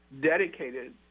dedicated